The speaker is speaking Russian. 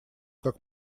как